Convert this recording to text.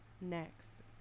next